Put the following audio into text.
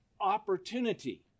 opportunity